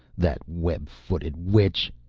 that web-footed witch!